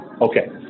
Okay